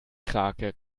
krake